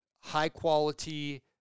high-quality